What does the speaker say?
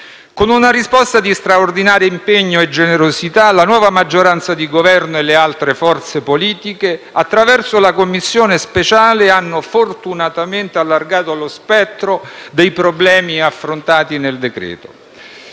Con una risposta di straordinario impegno e generosità, la nuova maggioranza di Governo e le altre forze politiche, attraverso la Commissione speciale, hanno fortunatamente allargato lo spettro dei problemi affrontati nel decreto-legge